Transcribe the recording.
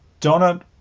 Donut